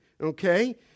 Okay